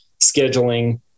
scheduling